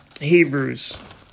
Hebrews